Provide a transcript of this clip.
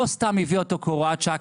לא סתם היא הביאה אותו כהוראת שעה,